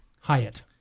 Hyatt